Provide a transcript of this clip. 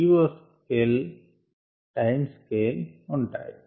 DO scale time scale ఉంటాయి